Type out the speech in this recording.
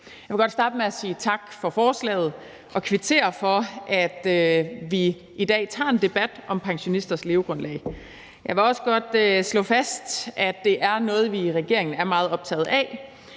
Jeg vil godt starte med at sige tak for forslaget og kvittere for, at vi i dag tager en debat om pensionisters levegrundlag. Jeg vil også godt slå fast, at det er noget, vi i regeringen er meget optaget af.